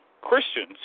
Christians